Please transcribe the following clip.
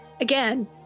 again